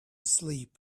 sleep